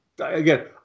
again